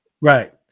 Right